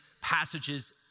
passages